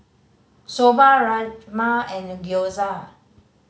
Soba Rajma and Gyoza